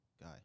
guy